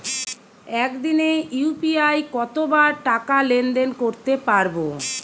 একদিনে ইউ.পি.আই কতবার টাকা লেনদেন করতে পারব?